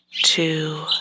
two